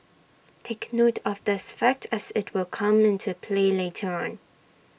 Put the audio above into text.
take note of this fact as IT will come into play later on